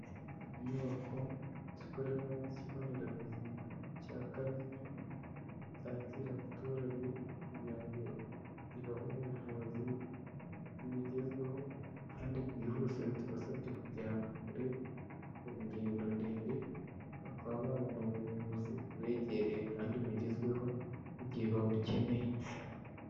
Inyubako zikorerwamo n'ikigo nderabuzima cya Kanyinya cyakira abaturage kugira ngo kibahe ubuvuzi bugezweho, kandi bwihuse bitabasabye kujya ahantu kure bakora ingendo ndende, bakaba babona ubuvuzi bubegereye kandi bugezweho, mu gihe babukeneye.